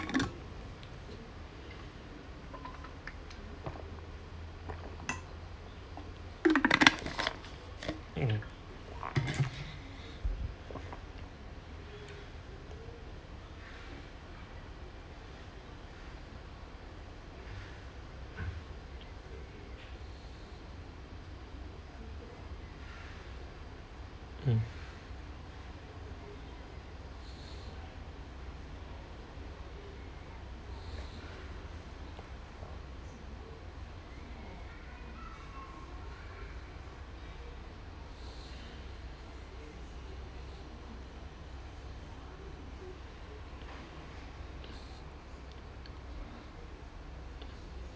mm mm